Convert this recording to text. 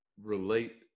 relate